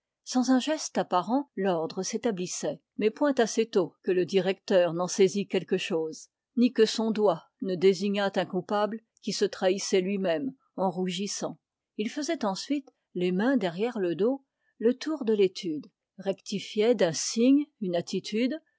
sans un geste apparent l'ordre s'établissait mais point assez tôt que le directeur n'en saisit quelque chose ni que son doigt ne désignât un coupable qui se trahissait lui-même en rougissant il faisait ensuite les mains derrière le dos le tour de l'étude rectifiait d'un signe une attitude